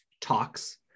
talks